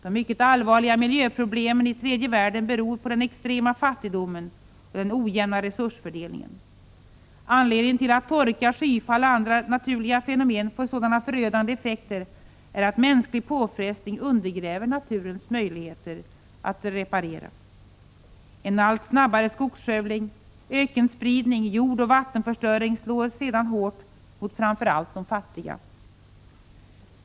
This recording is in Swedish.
De mycket allvarliga miljöproblemen i tredje världen beror på den extrema fattigdomen och den ojämna resursfördelningen. Anledningen till att torka, skyfall och andra naturliga fenomen får sådana förödande effekter är att mänsklig påfrestning undergräver naturens möjligheter att reparera. En allt snabbare skogskövling, ökenspridning, jordoch vattenförstöring slår sedan hårt mot framför allt de fattiga.